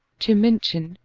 to minchin,